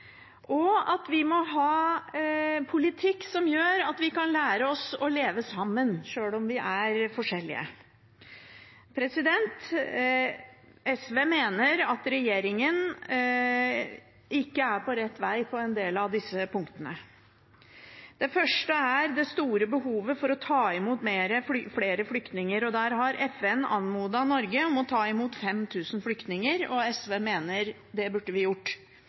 og at vi må ha en politikk som gjør at vi kan lære oss å leve sammen sjøl om vi er forskjellige. SV mener at regjeringen ikke er på rett vei på en del av disse punktene. Det første er det store behovet for å ta imot flere flyktninger. FN har anmodet Norge om å ta imot 5 000 flyktninger, og SV mener at det burde vi ha gjort.